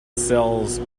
sells